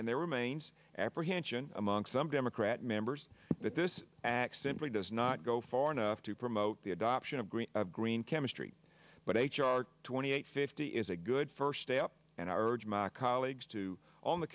and there remains apprehension among some democrat members that this simply does not go far enough to promote the adoption of green green chemistry but h r twenty eight fifty is a good first step and i urge my colleagues to on the